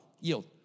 Yield